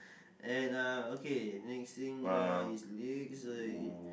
and uh okay next thing uh is legs uh